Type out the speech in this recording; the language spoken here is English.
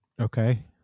okay